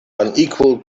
unequal